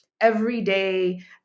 everyday